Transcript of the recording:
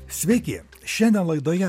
sveiki šiandien laidoje